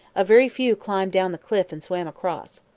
a very few climbed down the cliff and swam across.